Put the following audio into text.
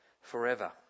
forever